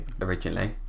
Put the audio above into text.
originally